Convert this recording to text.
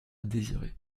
désirer